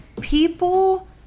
people